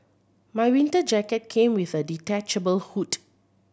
my winter jacket came with a detachable hood